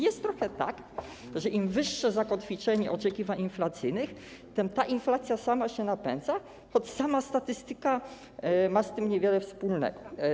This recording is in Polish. Jest trochę tak, że im wyższe zakotwiczenie oczekiwań inflacyjnych, tym bardziej inflacja sama się napędza, choć statystyka ma z tym niewiele wspólnego.